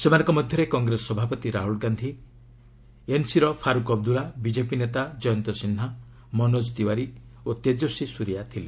ସେମାନଙ୍କ ମଧ୍ୟରେ କଂଗ୍ରେସ ସଭାପତି ରାହୁଲ ଗାନ୍ଧି ଏନ୍ସିର ଫାରୁକ ଅବଦୁଲ୍ଲା ବିଜେପି ନେତା ଜୟନ୍ତ ସିହ୍ନା ମନୋଜ ତିୱାରୀ ଓ ତେଜସ୍ୱୀ ସୁର୍ୟା ଥିଲେ